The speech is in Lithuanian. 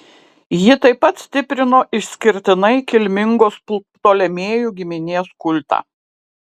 ji taip pat stiprino išskirtinai kilmingos ptolemėjų giminės kultą